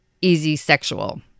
easy-sexual